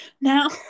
Now